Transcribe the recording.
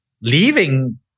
leaving